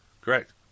Correct